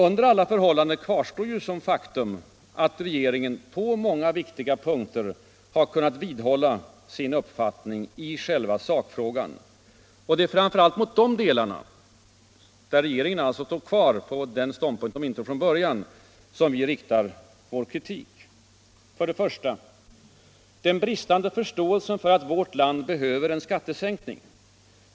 Under alla förhållanden kvarstår det faktum, att regeringen på många viktiga punkter har kunnat vidhålla sin uppfattning i själva sakfrågan. Det är framför allt mot de delar där regeringen alltså står kvar på den ståndpunkt den intog från början som vi riktar vår kritik. 1. Den bristande förståelsen för att vårt land behöver en skattesänkning.